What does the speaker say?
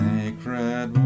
Sacred